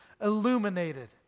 Illuminated